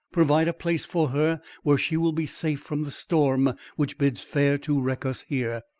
provide a place for her where she will be safe from the storm which bids fair to wreck us here.